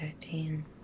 thirteen